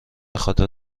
خاطر